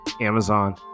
Amazon